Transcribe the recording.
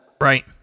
right